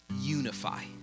unify